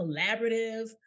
collaborative